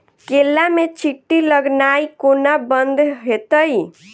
केला मे चींटी लगनाइ कोना बंद हेतइ?